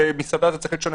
במסעדה צריך להיות שונה?